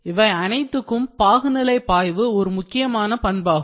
இவை அனைத்துக்கும் பாகுநிலை பாய்வு ஒரு முக்கியமான பண்பாகும்